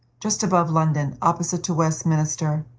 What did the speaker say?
just above london, opposite to westminster.